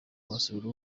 wasura